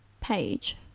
page